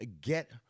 get